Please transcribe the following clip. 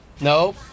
No